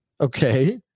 Okay